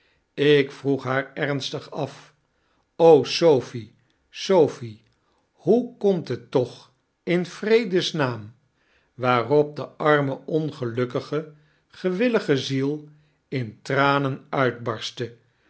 ik vroeg haar ernstigaf o sophie sophie hoe komt net toch in vredes naam waarop de arme ongelukkige gewillige ziel in tranen uitbarstte